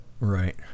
right